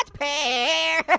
pear?